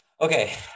Okay